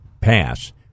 pass